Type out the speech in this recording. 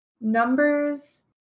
numbers